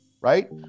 right